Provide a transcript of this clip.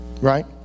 Right